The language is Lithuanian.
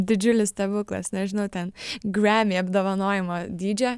didžiulis stebuklas nežinau ten grammy apdovanojimo dydžio